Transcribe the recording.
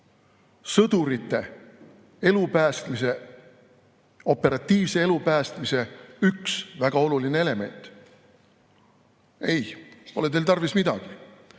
sõdurite operatiivse elupäästmise üks väga oluline element. Ei, pole teil tarvis midagi,